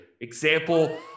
example